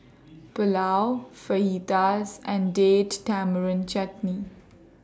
Pulao Fajitas and Date Tamarind Chutney